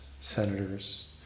senators